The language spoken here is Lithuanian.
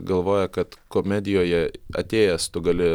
galvoja kad komedijoje atėjęs tu gali